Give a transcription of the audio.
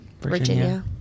Virginia